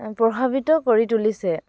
প্ৰভাৱিত কৰি তুলিছে